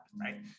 right